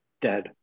dead